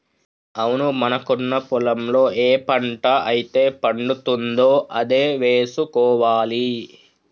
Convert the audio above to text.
అవును మనకున్న పొలంలో ఏ పంట అయితే పండుతుందో అదే వేసుకోవాలి